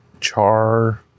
char